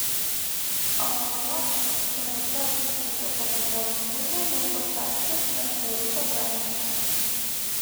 anot jo iš cvp puslapio po bendrovės skundo buvo pašalintas neaktualus aprašymas